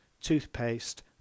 toothpaste